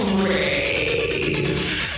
rave